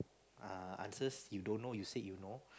uh answers you don't know you said you know